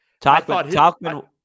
Talkman